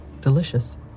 delicious